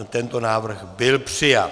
Tento návrh byl přijat.